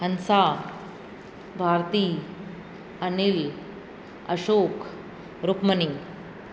Hansa Bharti Anil Ashok Rukmini